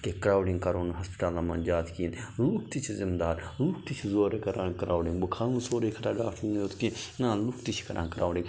کہِ کرٛاوڈِنٛگ کَرو نہٕ ہاسپِٹَلَن منٛز زیادٕ کِہیٖنۍ لوٗکھ تہِ چھِ زِمہٕ دار لوٗکھ تہِ چھِ زورٕ کران کرٛاوڈِنٛگ بہٕ کھالنہٕ سورُے خطا ڈاکٹَرنٕے یوت کیٚنٛہہ نہ لُکھ تہِ چھِ کران کرٛاوڈِنٛگ